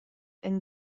and